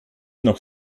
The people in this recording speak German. noch